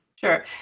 Sure